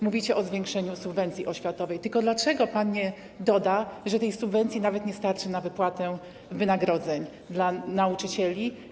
Mówicie o zwiększeniu subwencji oświatowej, tylko dlaczego pan nie doda, że tej subwencji nie wystarczy nawet na wypłatę wynagrodzeń dla nauczycieli?